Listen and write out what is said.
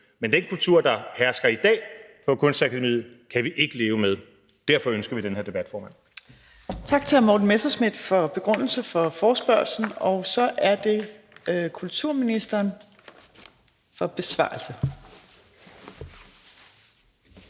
men den kultur, der hersker i dag på Kunstakademiet, kan vi ikke leve med. Derfor ønsker vi den her debat.